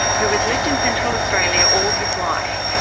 who has lived in central australia all his life.